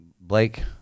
Blake